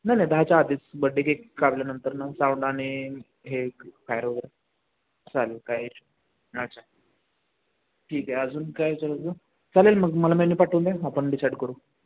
नाही नाही दहाच्या आधीच बड्डे केक कापल्यानंतर नऊ साऊंड आणि हे फायर वगैरे चालेल काय अच्छा ठीक आहे अजून काय चल चालेल मग मला मेन्यू पाठवून द्या आपण डिसाईड करू